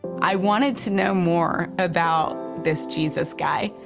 i wanted to know more about this jesus guy.